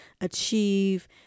achieve